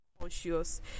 conscious